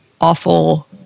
awful